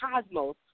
cosmos